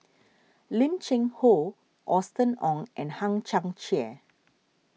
Lim Cheng Hoe Austen Ong and Hang Chang Chieh